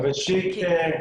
ראשית,